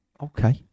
Okay